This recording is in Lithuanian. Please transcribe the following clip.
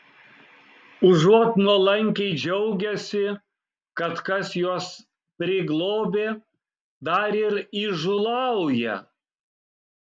užuot nuolankiai džiaugęsi kad kas juos priglobė dar ir įžūlauja